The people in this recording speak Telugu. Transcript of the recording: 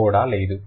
కోడా లేదు